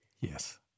Yes